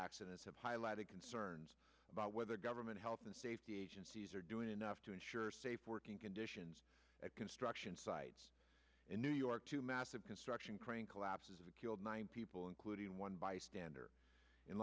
accidents have highlighted concerns about whether government health and safety agencies are doing enough to ensure safe working conditions at construction sites in new york two massive construction crane collapses and killed nine people including one bystander in